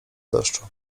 deszczu